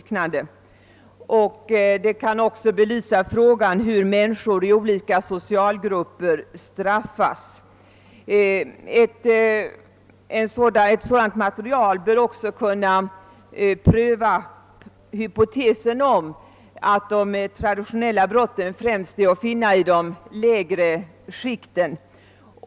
En sådan undersökning kan också belysa frågan om hur människor i olika socialgrupper straffas. Materialet bör kunna användas för prövning av hypotesen om att de traditionella brotten främst är att finna i de lägre samhällsskikten.